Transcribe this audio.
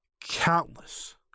countless